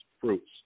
fruits